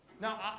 Now